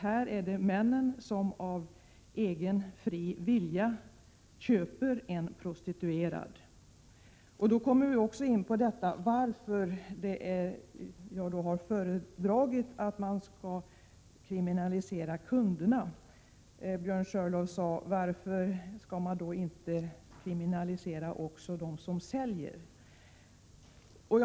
Här är det ju männen som av egen fri vilja köper en prostituerad. Därmed kommer jag in på varför jag föredrar en kriminalisering av kundernas beteende. Björn Körlof frågade varför man då inte skall kriminalisera också säljverksamheten.